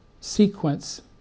sequence